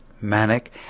manic